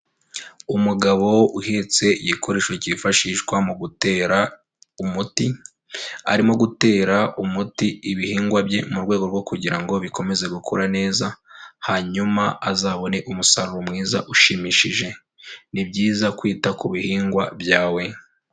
Umugabo uhetse igikoresho cyifashishwa mu gutera umuti, arimo gutera umuti ibihingwa bye mu rwego rwo kugira ngo bikomeze gukura neza, hanyuma azabone umusaruro mwiza ushimishije, ni byiza kwita ku bihingwa byawe.